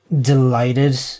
delighted